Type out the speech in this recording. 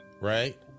right